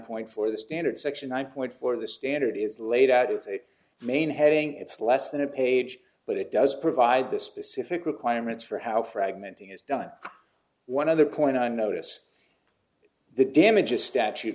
point four the standards section one point four the standard is laid out as a main heading it's less than a page but it does provide the specific requirements for how fragmenting is done one other point i notice the damages statute